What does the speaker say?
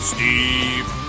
Steve